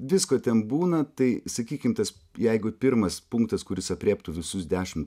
visko ten būna tai sakykim tas jeigu pirmas punktas kuris aprėptų visus dešim